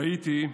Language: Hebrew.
ראיתי,